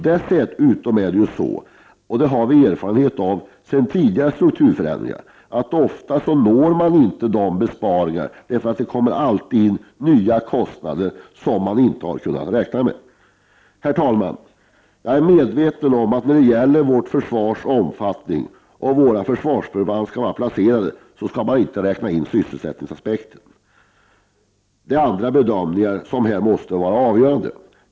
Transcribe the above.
Dessutom vet vi av erfarenhet från tidigare strukturförändringar att man ofta inte når de besparingar man tänkt sig, eftersom det ständigt uppstår nya kostnader som man inte har kunnat räkna med. Fru talman! Jag är medveten om att när det gäller vårt försvars omfattning och var våra försvarsförband skall vara placerade så skall man inte räkna in sysselsättningsaspekten. Det är andra bedömningar som måste vara avgörande.